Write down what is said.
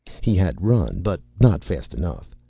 he had run, but not fast enough.